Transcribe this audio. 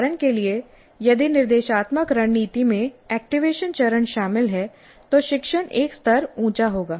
उदाहरण के लिए यदि निर्देशात्मक रणनीति में एक्टिवेशन चरण शामिल है तो शिक्षण एक स्तर ऊंचा होगा